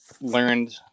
learned